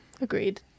Agreed